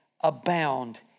abound